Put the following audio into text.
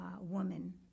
woman